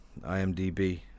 IMDB